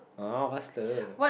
!uh! faster